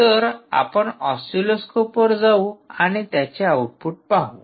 तर आपण ऑसिलोस्कोप वर जाऊ आणि त्याचे आऊटपुट पाहू